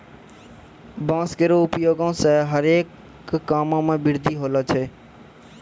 बांस केरो उपयोग सें हरे काम मे वृद्धि होलो छै